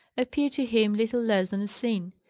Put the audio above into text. appeared to him little less than a sin.